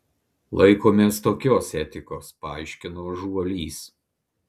laikomės tokios etikos paaiškino žuolys